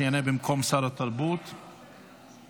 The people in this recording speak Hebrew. שיענה במקום שר התרבות והספורט,